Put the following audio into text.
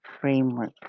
framework